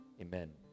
Amen